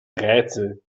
rätsel